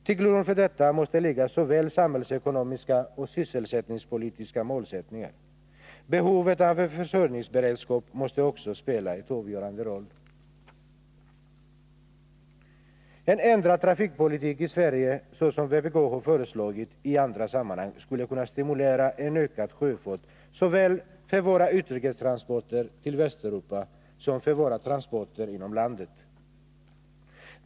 Till grund för detta måste ligga såväl samhällsekonomiska som sysselsättningspolitiska målsättningar. Behovet av en försörjningsberedskap måste också spela en avgörande roll. En ändrad trafikpolitik i Sverige, såsom vpk har föreslagit i andra sammanhang, skulle kunna stimulera en ökad sjöfart såväl för våra utrikestransporter till Västeuropa som för våra transporter inom landet.